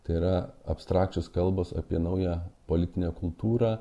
tai yra abstrakčios kalbos apie naują politinę kultūrą